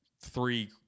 three